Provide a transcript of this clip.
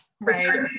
right